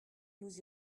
nous